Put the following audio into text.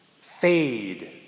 fade